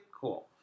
cool